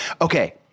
Okay